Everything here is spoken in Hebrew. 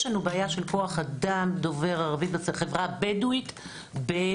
יש לנו בעיה של כוח אדם דובר ערבית בחברה הבדואית בדרום.